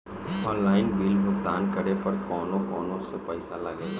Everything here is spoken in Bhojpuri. ऑनलाइन बिल भुगतान करे पर कौनो अलग से पईसा लगेला?